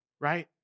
right